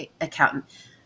accountant